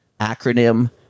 acronym